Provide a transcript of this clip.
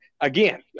again